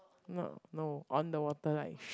not no on the water like